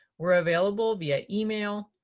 we're available via email,